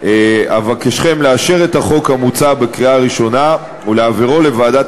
אבקשכם לאשר את החוק המוצע בקריאה ראשונה ולהעבירו לוועדת